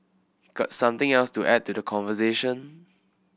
got something else to add to the conversation